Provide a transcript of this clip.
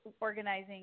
organizing